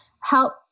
help